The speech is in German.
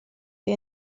die